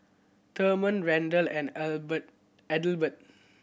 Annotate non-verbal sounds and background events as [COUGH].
Therman Randell and [UNINTELLIGIBLE] Adelbert